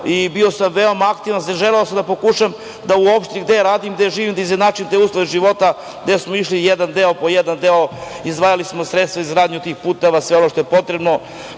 i bio sam veoma aktivan. Želeo sam da pokušam da u opštini gde živim i gde radim da izjednačim te uslove života gde smo išli jedan po jedan deo. Izdvajali smo sredstva za izgradnju tih puteva, sve ono što je potrebno.